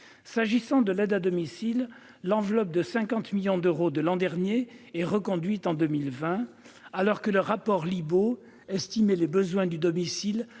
J'en viens à l'aide à domicile. L'enveloppe de 50 millions d'euros de l'an dernier est reconduite en 2020, alors que le rapport Libault estimait les besoins de l'aide